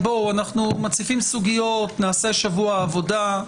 אנחנו מציפים סוגיות, נעשה שבוע עבודה.